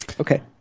Okay